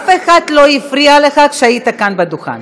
אף אחד לא הפריע לך כשהיית כאן בדוכן.